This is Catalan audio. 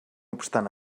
obstant